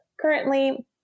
currently